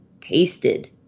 tasted